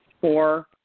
four